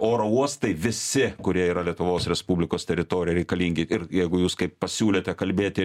oro uostai visi kurie yra lietuvos respublikos teritorijoj reikalingi ir jeigu jūs kaip pasiūlėte kalbėti